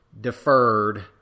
deferred